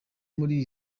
muri